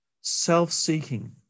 self-seeking